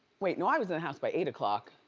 wait, no i was in the house by eight o'clock.